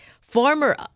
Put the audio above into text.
former